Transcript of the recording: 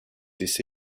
this